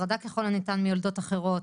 הפרדה ככל הניתן מיולדות אחרות.